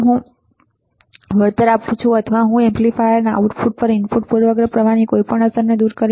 આમ હું વળતર આપું છું અથવા હું એમ્પ્લીફાયરના આઉટપુટ પર ઇનપુટ પૂર્વગ્રહ પ્રવાહની કોઈપણ અસરને દૂર કરી રહ્યો છું